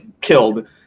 killed